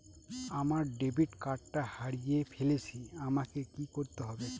আমার ডেবিট কার্ডটা হারিয়ে ফেলেছি আমাকে কি করতে হবে?